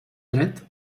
dret